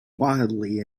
wildly